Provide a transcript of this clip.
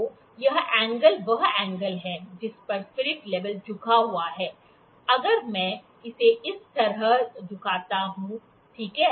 तो यह एंगल वह एंगल है जिस पर स्पिरिट लेवल झुका हुआ है अगर मैं इसे इस तरह झुकाता हूं ठीक है